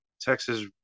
Texas